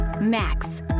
Max